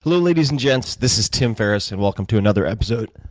hello ladies and gents, this is tim ferriss, and welcome to another episode.